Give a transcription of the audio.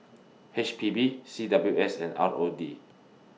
H P B C W S and R O D